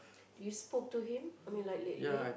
you spoke to him I mean like lately